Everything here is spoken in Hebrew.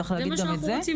צריך להגיד גם את זה,